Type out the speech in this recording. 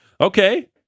Okay